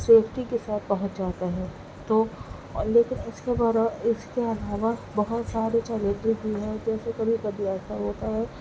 safety کے ساتھ پہنچ جاتا ہے تو لیکن اس کے جگہ اس کے علاوہ بہت سارے چیلنجز بھی ہیں جیسے کبھی کبھی ایسا ہوتا ہے